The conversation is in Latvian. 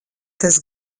tas